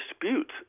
dispute